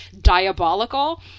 diabolical